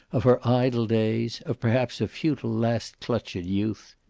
of her idle days, of perhaps a futile last clutch at youth.